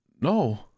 No